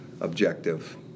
objective